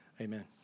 amen